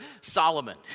Solomon